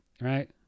right